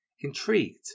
Intrigued